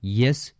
yes